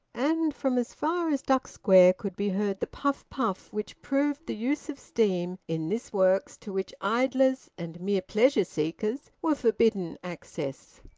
and from as far as duck square could be heard the puff-puff which proved the use of steam in this works to which idlers and mere pleasure-seekers were forbidden access.